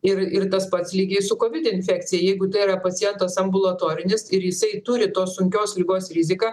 ir ir tas pats lygiai su covid infekcija jeigu tai yra pacientas ambulatorinis ir jisai turi tos sunkios ligos riziką